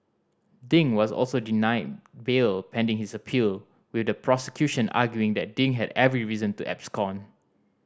ding was also denied bail pending his appeal with the prosecution arguing that Ding had every reason to abscond